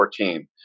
2014